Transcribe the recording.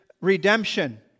redemption